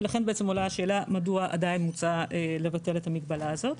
ולכן עולה השאלה מדוע עדין מוצע לבטל את המגבלה הזאת.